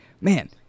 man